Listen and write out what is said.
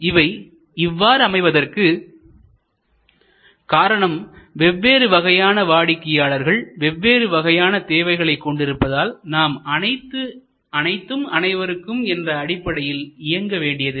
இவை இவ்வாறு அமைவதற்கு காரணம் வெவ்வேறு வகையான வாடிக்கையாளர்கள் வெவ்வேறு வகையான தேவைகளை கொண்டிருப்பதால் நாம் அனைத்தும் அனைவருக்கும் என்ற அடிப்படையில் இயங்க வேண்டியதில்லை